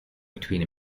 between